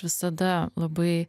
visada labai